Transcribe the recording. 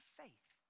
faith